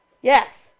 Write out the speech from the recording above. Yes